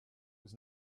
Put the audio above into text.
was